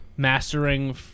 Mastering